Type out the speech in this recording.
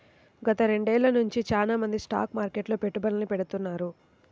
గత రెండేళ్ళ నుంచి చానా మంది స్టాక్ మార్కెట్లో పెట్టుబడుల్ని పెడతాన్నారు